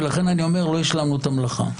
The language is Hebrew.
ולכן אני אומר שלא השלמנו את המלאכה.